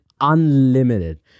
unlimited